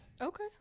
Okay